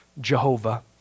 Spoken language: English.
Jehovah